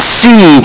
see